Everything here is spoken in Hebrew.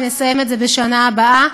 ונסיים את זה בשנה הבאה.